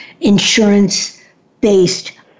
insurance-based